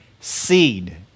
seed